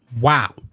Wow